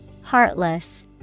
Heartless